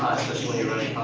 when you're really.